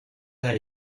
that